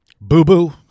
Boo-boo